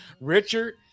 Richard